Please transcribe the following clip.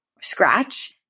scratch